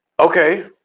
Okay